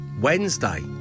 Wednesday